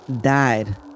died